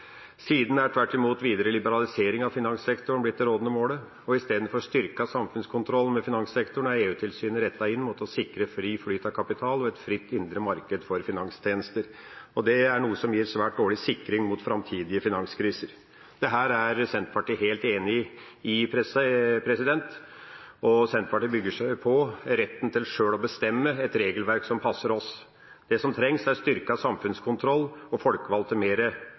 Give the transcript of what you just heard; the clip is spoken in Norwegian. Siden er tvert imot en videre liberalisering av finanssektoren blitt det rådende målet, og istedenfor en styrket samfunnskontroll med finanssektoren er EU-tilsynet rettet inn mot å sikre fri flyt av kapital og et fritt indre marked for finanstjenester. Det er noe som gir svært dårlig sikring mot framtidige finanskriser. Dette er Senterpartiet helt enig i, og Senterpartiet bygger på retten til sjøl å bestemme et regelverk som passer oss. Det som trengs, er styrket samfunnskontroll og